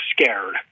scared